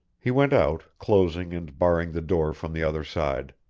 he went out, closing and barring the door from the other side,